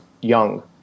young